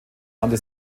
nannte